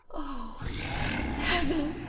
o heaven!